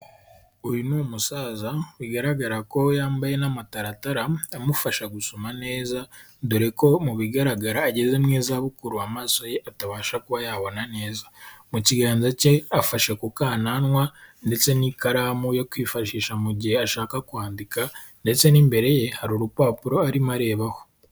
Uyu ni musaza bigaragara ko yambaye n'amataratara amufasha gusoma neza dore ko mu bigaragara ageze mu izabukuru, amaso ye atabasha kuba yabona neza, mu kiganza cye afashe ku kananwa ndetse n'ikaramu yo kwifashisha mu gihe ashaka kwandika ndetse n'imbere ye hari urupapuro arimo arebaho.